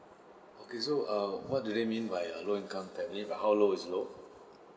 okay so err what do they mean by err low income family like how low is low